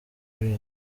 brig